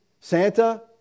Santa